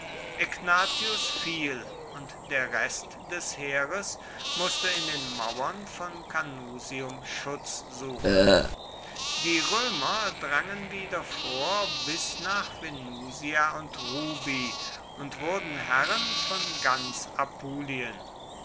egnatius fiel und der rest des heeres mußte in den mauern von canusium schutz suchen die römer drangen wieder vor bis nach venusia und rubi und wurden herren von ganz apulien